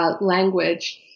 language